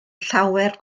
llawer